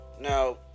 Now